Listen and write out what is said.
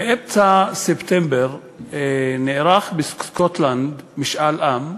באמצע ספטמבר נערך בסקוטלנד משאל עם,